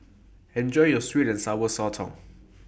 Enjoy your Sweet and Sour Sotong